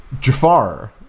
jafar